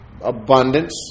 abundance